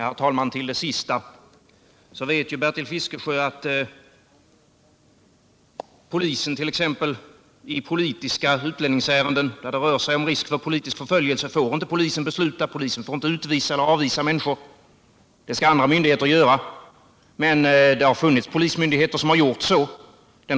Herr talman! Till det sista vill jag replikera att Bertil Fiskesjö vet att polisen i t.ex. utlänningsärenden, där det rör sig om risk för politisk förföljelse, inte får besluta, utvisa eller avvisa människor, utan att andra myndigheter skall göra det. Men det har funnits polismyndigheter som har gjort så.